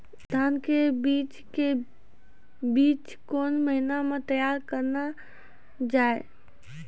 धान के बीज के बीच कौन महीना मैं तैयार करना जाए?